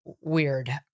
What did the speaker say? weird